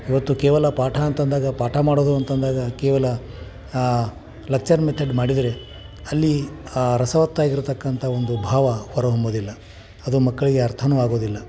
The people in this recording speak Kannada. ಇವತ್ತು ಕೇವಲ ಪಾಠ ಅಂತ ಅಂದಾಗ ಪಾಠ ಮಾಡೋದು ಅಂತಂದಾಗ ಕೇವಲ ಲೆಕ್ಚರ್ ಮೆತಡ್ ಮಾಡಿದರೆ ಅಲ್ಲಿ ಆ ರಸವತ್ತಾಗಿರತಕ್ಕಂಥ ಒಂದು ಭಾವ ಹೊರ ಹೊಮ್ಮುವುದಿಲ್ಲ ಅದು ಮಕ್ಕಳಿಗೆ ಅರ್ಥವೂ ಆಗೋದಿಲ್ಲ